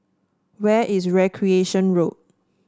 where is Recreation Road